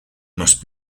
must